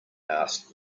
asked